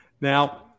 Now